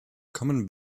common